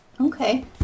okay